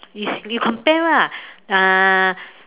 is you compare lah uh